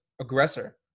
aggressor